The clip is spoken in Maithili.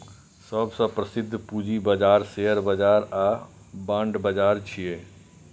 सबसं प्रसिद्ध पूंजी बाजार शेयर बाजार आ बांड बाजार छियै